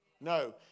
No